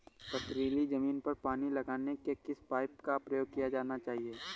पथरीली ज़मीन पर पानी लगाने के किस पाइप का प्रयोग किया जाना चाहिए?